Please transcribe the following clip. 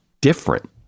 different